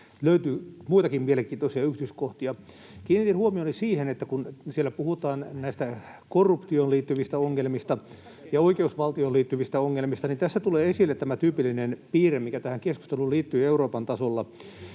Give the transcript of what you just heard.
löytyi muitakin mielenkiintoisia yksityiskohtia. Kiinnitin huomioni siihen, että kun siellä puhutaan korruptioon liittyvistä ongelmista ja oikeusvaltioon liittyvistä ongelmista, niin tässä tulee esille tämä tyypillinen piirre, mikä tähän keskusteluun liittyy Euroopan tasolla,